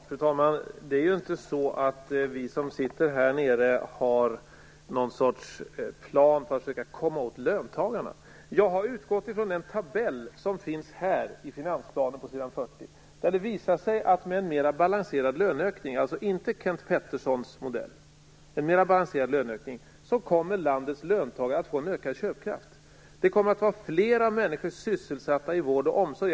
Fru talman! Det är inte så att vi som sitter här nere har någon sorts plan för att försöka komma åt löntagarna. Jag har utgått från den tabell som finns i finansplanen på s. 40. Där visar det sig att med en mera balanserad löneökning - dvs. inte Kenth Petterssons modell - kommer landets löntagare att få en ökad köpkraft och det kommer att vara fler människor sysselsatta i vård och omsorg.